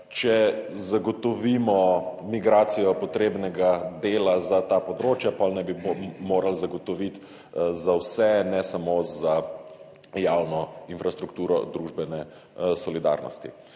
če zagotovimo migracijo potrebnega dela za ta področja, potem naj bi morali zagotoviti za vse, ne samo za javno infrastrukturo družbene solidarnosti.